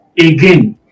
again